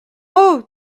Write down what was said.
haut